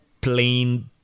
plain